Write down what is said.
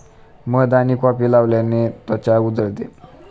मध आणि कॉफी लावल्याने त्वचा उजळते